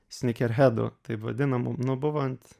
snykerhedų taip vadinamų nu buvo ant